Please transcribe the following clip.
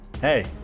Hey